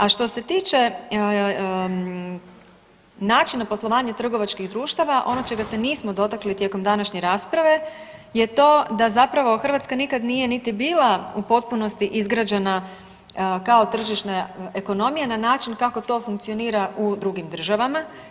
A što se tiče načina poslovanja trgovačkih društava, ono čega se nismo dotakli tijekom današnje rasprave je to da zapravo Hrvatska nikad nije niti bila u potpunosti izgrađena kao tržišna ekonomija na način kako to funkcionira u drugim državama.